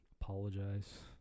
Apologize